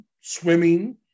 swimming